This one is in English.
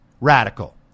radical